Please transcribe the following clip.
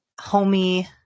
homey